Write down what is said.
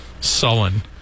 sullen